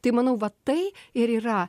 tai manau va tai ir yra